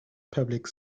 public